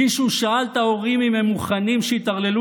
מישהו שאל את ההורים אם הם מוכנים שיטרללו